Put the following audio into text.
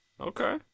Okay